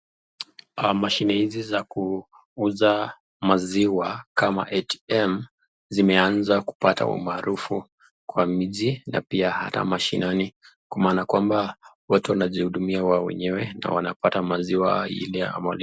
Mashine hizi za kuuza maziwa kama (ATM) zimeanza kupata umaarufu kwa miji pia hata mashinani kwa maana kwamba watu wanajihudumia wao wenyewe na wanapata maziwa ile